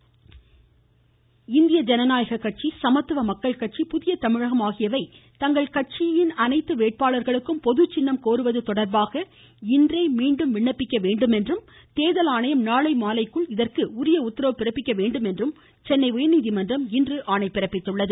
ம் ம் ம் ம் ம் ம சென்னை உயர்நீதிமன்றம் இந்திய ஜனநாயக கட்சி சமத்துவ மக்கள் கட்சி புதிய தமிழகம் ஆகியவை தங்கள் கட்சியின் அனைத்து வேட்பாளர்களுக்கும் பொது சின்னம் கோருவது தொடர்பாக இன்றே மீண்டும் விண்ணப்பிக்க வேண்டும் என்றும் தேர்தல் ஆணையம் நாளை மாலைக்குள் உரிய உத்தரவு பிறப்பிக்க வேண்டும் என்றும் சென்னை உயர்நீதிமன்றம் ஆணையிட்டுள்ளது